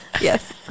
Yes